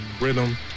rhythm